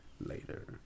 later